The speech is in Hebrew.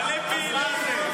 מלא פעילים בלי עבודה.